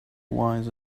wise